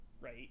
right